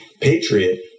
patriot